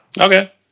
Okay